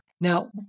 Now